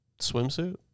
swimsuit